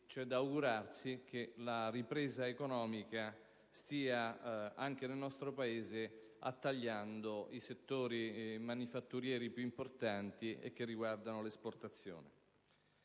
c'è da augurarsi che la ripresa economica stia anche nel nostro Paese coinvolgendo i settori manifatturieri più importanti e che riguardano le esportazioni.